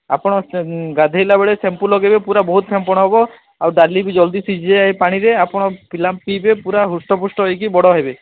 ଆପଣ ଗାଧୋଇଲା ବେଳେ ସ୍ୟାମ୍ପୁ ଲଗେଇବେ ପୁରା ବହୁତ ସମୟ ଫେଣ ହେବ ଆଉ ଡାଲି ବି ଜଲଦି ଶିଝିଯାଏ ପାଣିରେ ଆପଣ ପିଲା ପିଇବେ ପୁରା ହୃଷ୍ଟ ପୁଷ୍ଟ ହୋଇକି ବଡ଼ ହେବେ